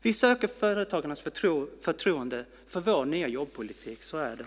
Vi söker företagarnas förtroende för vår nya jobbpolitik, så är det.